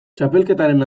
txapelketaren